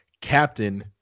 Captain